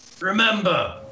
Remember